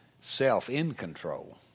self-in-control